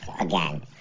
again